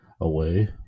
away